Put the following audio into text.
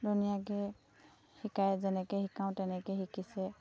ধুনীয়াকৈ শিকাই যেনেকে শিকাওঁ তেনেকে শিকিছে